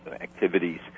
activities